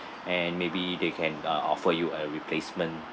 and maybe they can uh offer you a replacement